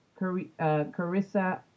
Carissa